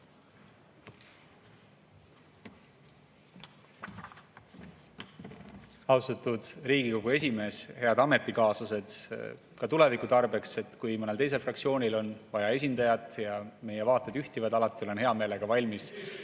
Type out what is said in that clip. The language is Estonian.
Austatud Riigikogu esimees! Head ametikaaslased! Ka tuleviku tarbeks, kui mõnel teisel fraktsioonil on vaja esindajat ja meie vaated ühtivad: alati olen hea meelega valmis